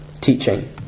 teaching